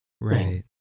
Right